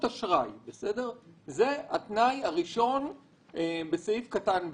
אשראי זה התנאי הראשון בסעיף קטן (ב).